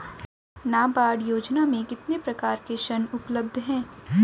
नाबार्ड योजना में कितने प्रकार के ऋण उपलब्ध हैं?